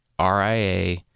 RIA